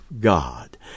God